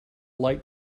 light